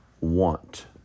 Want